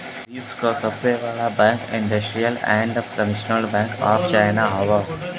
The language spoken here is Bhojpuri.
विश्व क सबसे बड़ा bank industrial and commercial bank of China हौ